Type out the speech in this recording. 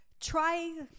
try